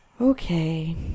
Okay